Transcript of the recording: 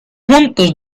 juntos